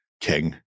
king